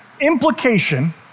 implication